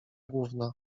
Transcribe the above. główna